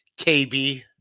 KB